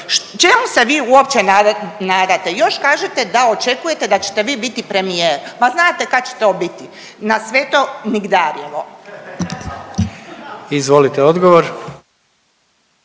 Čemu se vi uopće nadate? Još kažete da očekujete da ćete vi biti premijer. Ma znate kad će to biti? Na sveto nigdarjevo. **Jandroković,